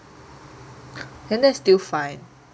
then that's still fine